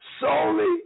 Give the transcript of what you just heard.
solely